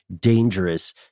dangerous